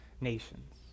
nations